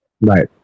Right